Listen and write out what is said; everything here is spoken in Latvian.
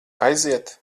aiziet